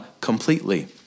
completely